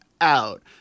out